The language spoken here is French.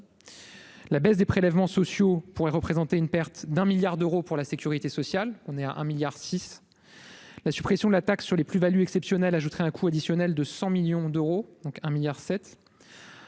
la baisse des prélèvements sociaux pourrait représenter une perte d'un milliard d'euros pour la sécurité sociale, on est un milliard 6 la suppression de la taxe sur les plus-values exceptionnelles ajouterai un coût additionnel de 100 millions d'euros, donc un milliard